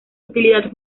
utilidad